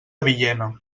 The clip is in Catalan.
villena